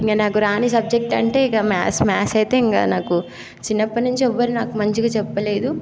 ఇంకా నాకు రాని సబ్జెక్ట్ అంటే ఇక మ్యాథ్స్ మ్యాథ్స్ అయితే ఇంకా నాకు చిన్నప్పటి నుంచి ఎవరూ నాకు మంచిగా చెప్పలేదు